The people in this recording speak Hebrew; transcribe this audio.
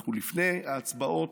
אנחנו לפני ההצבעות.